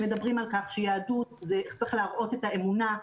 שמדברים על כך שיהדות זה איך צריך להראות את האמונה,